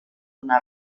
una